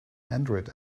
android